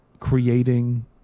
creating